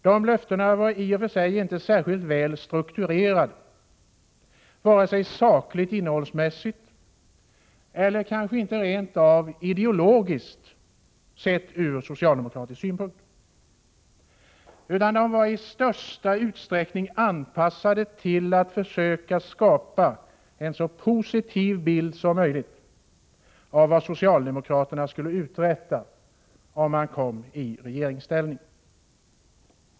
Dessa löften var inte särskilt väl strukturerade, varken sakligt, innehållsmässigt eller kanske rent av ideologiskt, sett från socialdemokratisk synpunkt. De var till största delen anpassade till att försöka skapa en så positiv bild som möjligt av vad socialdemokraterna skulle uträtta om de komi regeringsställning.